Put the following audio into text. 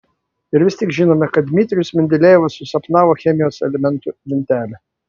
ir vis tik žinome kad dmitrijus mendelejevas susapnavo chemijos elementų lentelę